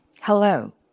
Hello